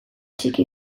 txiki